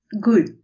good